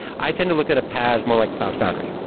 i tend to look at paas more like cloud foundry,